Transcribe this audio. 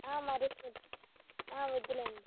ఆ మరి ఆ వద్దులే అండి